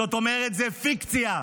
זאת אומרת, זו פיקציה.